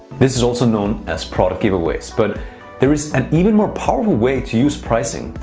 this is also known as product giveaways. but there is an even more powerful way to use pricing,